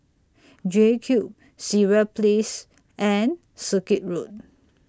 JCube Sireh Place and Circuit Road